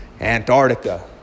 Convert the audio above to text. antarctica